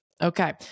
Okay